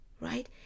right